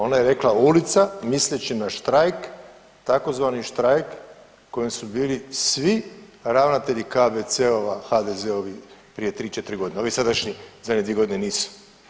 Ona je rekla ulica misleći na štrajk tzv. štrajk kojim su bili svi ravnatelji KBC-ova HDZ-ovi prije 3-4 godine, ovi sadašnji zadnje 2 godine nisu.